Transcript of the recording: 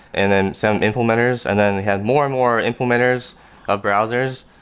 and then some implementers, and then they had more and more implementers of browsers.